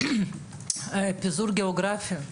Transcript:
פיזור גיאוגרפי.